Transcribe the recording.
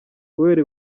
kubera